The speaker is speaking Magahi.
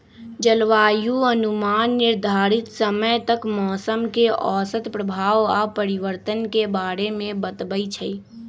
जलवायु अनुमान निर्धारित समय तक मौसम के औसत प्रभाव आऽ परिवर्तन के बारे में बतबइ छइ